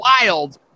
wild